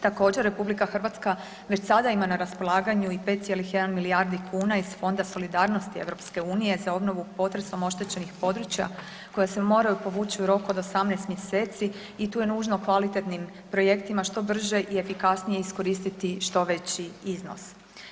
Također RH već sada ima na raspolaganju i 5,1 milijardi kuna iz Fonda solidarnosti EU za obnovu potresom oštećenih područja koje se moraju povući u roku od 18 mjeseci i tu je nužno kvalitetnim projektima što brže i efikasnije iskoristiti što veći iznos.